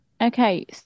Okay